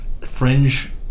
fringe